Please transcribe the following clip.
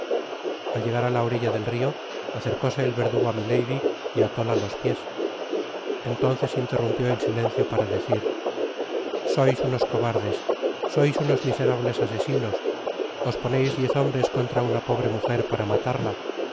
al llegar á la orilla del rio acercóse el verdugo á milady y atóta los piés entonces interrumpió el silencio para decir sois unos cobardes sois unos miserables asesinos os poneis diez hombres contra una pobre mujer para matarla